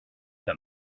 for